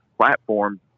platforms